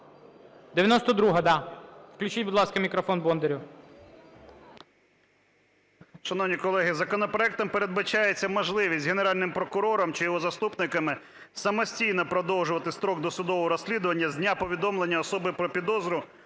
92-а, да. Включіть, будь ласка, мікрофон Бондарю.